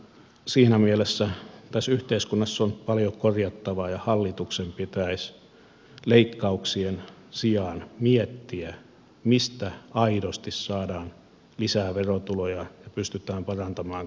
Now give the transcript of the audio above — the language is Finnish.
siinä mielessä tässä yhteiskunnassa on paljon korjattavaa ja hallituksen pitäisi leikkauksien sijaan miettiä mistä aidosti saadaan lisää verotuloja ja pystytään parantamaan kansantaloutta